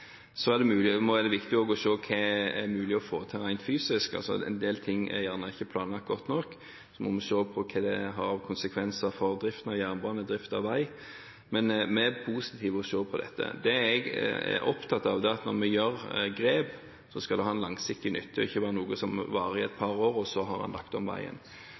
Så er det også viktig å se på hva som er mulig å få til rent fysisk. En del ting er gjerne ikke planlagt godt nok, og vi må se på hva det har av konsekvenser for drift av jernbane og av vei. Men vi er positive til å se på dette. Det jeg er opptatt av, er at når vi gjør grep, skal det ha en langsiktig nytte og ikke være noe som varer i et par år, og så har en lagt om veien.